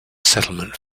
settlement